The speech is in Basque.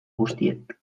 guztiek